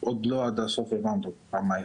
עוד לא עד הסוף הבנו, עד כמה היא